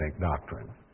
doctrine